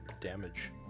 damage